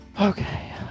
Okay